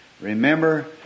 remember